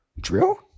Drill